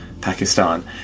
Pakistan